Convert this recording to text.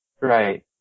Right